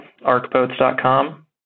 arcboats.com